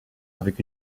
avec